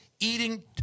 eating